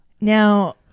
Now